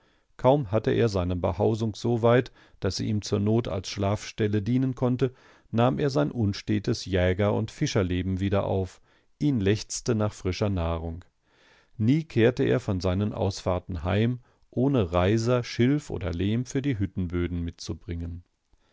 kaum hatte er seine behausung so weit daß sie ihm zur not als schlafstelle dienen konnte nahm er sein unstetes jäger und fischerleben wieder auf ihn lechzte nach frischer nahrung nie kehrte er von seinen ausfahrten heim ohne reiser schilf oder lehm für die hüttenböden mitzubringen